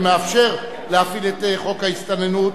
ומאפשר להפעיל את חוק ההסתננות,